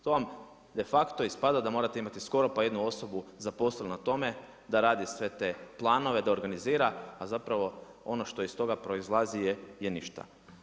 To vam de facto ispada da morate imati skoro pa jednu osobu zaposlenu na tome da radi sve te planove, da organizira, a zapravo što iz toga proizlazi je ništa.